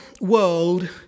world